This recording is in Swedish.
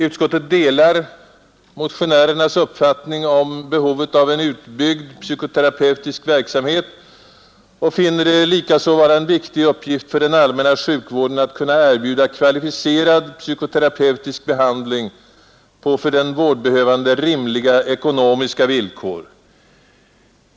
Utskottet kan sålunda dela motionärernas uppfattning om behovet av en utbyggd psykoterapeutisk verksamhet och finner det likaså vara en viktig uppgift för den allmänna sjukvården att kunna erbjuda kvalificerad psykoterapeutisk behandling på för den vårdbehövande rimliga ekonomiska villkor.